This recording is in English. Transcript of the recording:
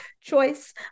choice